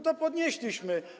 To podnieśliśmy.